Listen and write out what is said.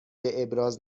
ابراز